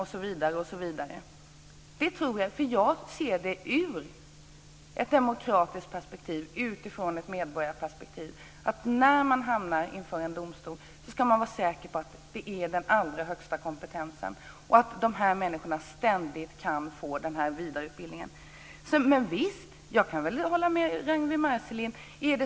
Jag ser detta utifrån ett demokratiskt perspektiv, utifrån ett medborgarperspektiv. När man hamnar inför en domstol ska man kunna vara säker på att de som arbetar där har den allra högsta kompetensen. Personalen måste ständigt få denna vidareutbildning. Visst kan jag hålla med Ragnwi Marcelind.